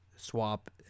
Swap